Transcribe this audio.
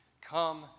come